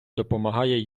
допомагає